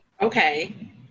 Okay